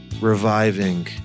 reviving